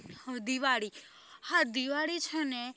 દિવાળી હા દિવાળી છે ને